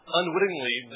unwittingly